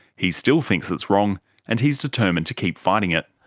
he still thinks it's wrong and he's determined to keep fighting it.